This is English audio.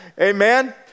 Amen